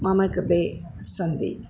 मम कृते सन्ति